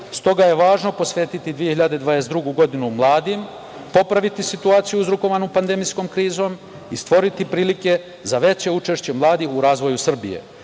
stoga je važno posvetiti 2022. godinu mladima, popraviti situaciju uzrokovanu pandemijskom krizom i stvoriti prilike za veće učešće mladih u razvoju Srbije.